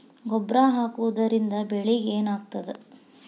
ಗೊಬ್ಬರ ಹಾಕುವುದರಿಂದ ಬೆಳಿಗ ಏನಾಗ್ತದ?